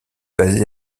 basée